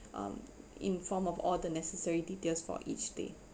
um informed of all the necessary details for each day